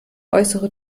äußere